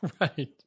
Right